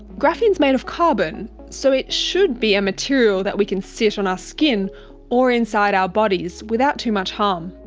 graphene is made of carbon, so it should be a material that we can sit on our ah skin or inside our bodies without too much harm.